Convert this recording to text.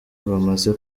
bamaze